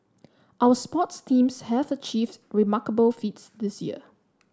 our sports teams have achieved remarkable feats this year